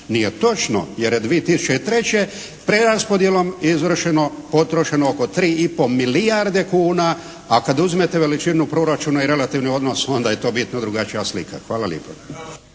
Nije točno, jer je 2003. preraspodjelom izvršeno, potrošeno oko 3 i pol milijarde kuna, a kad uzmete veličinu proračuna i relativni odnos onda je to bitno drugačija slika. Hvala lipo.